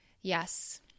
yes